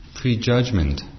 prejudgment